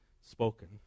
spoken